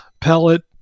pellet